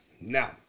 Now